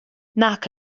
nac